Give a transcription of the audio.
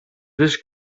this